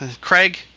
Craig